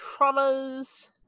traumas